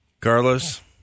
Carlos